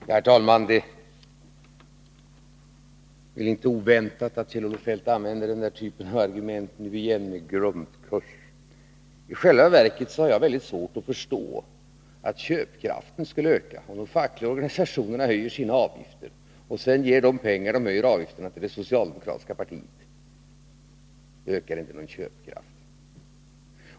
Herr talman! Det är ju inte oväntat att Kjell-Olof Feldt använder den typ av argument som innebär att man bör gå igenom en grundkurs av något slag. Jag har i själva verket mycket svårt att förstå att köpkraften skulle öka, om de fackliga organisationerna höjer sina avgifter och sedan ger de pengar som avgiftshöjningarna inbringar till det socialdemokratiska partiet. Det ökar inte någon köpkraft.